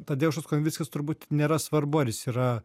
tadeušas konvickis turbūt nėra svarbu ar jis yra